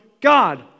God